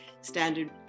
Standard